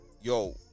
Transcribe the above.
Yo